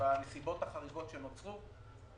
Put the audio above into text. שבנסיבות החריגות שנוצרו,